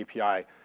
API